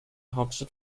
hauptstadt